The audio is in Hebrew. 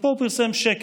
ופה הוא פרסם שקר,